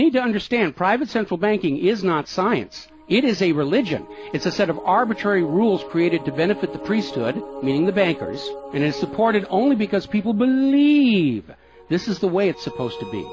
need to understand private central banking is not science it is a religion it's a set of arbitrary rules created to benefit the priesthood meaning the bankers and is supported only because people believe this is the way it's supposed to be